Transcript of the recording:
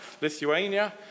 Lithuania